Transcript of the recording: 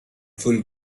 full